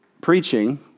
preaching